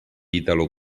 italo